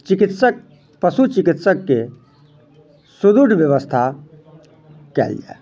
चिकित्सक पशु चिकित्सकके सुदृढ़ व्यवस्था कयल जाय